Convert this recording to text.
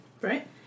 Right